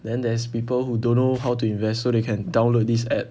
then there's people who don't know how to invest so they can download this app